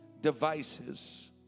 devices